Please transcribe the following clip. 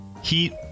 Heat